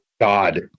God